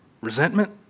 Resentment